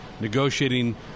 negotiating